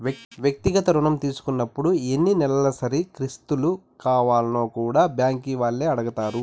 వ్యక్తిగత రుణం తీసుకున్నపుడు ఎన్ని నెలసరి కిస్తులు కావాల్నో కూడా బ్యాంకీ వాల్లే అడగతారు